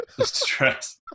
stress